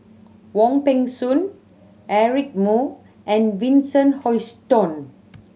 Wong Peng Soon Eric Moo and Vincent Hoisington